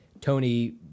Tony